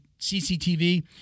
CCTV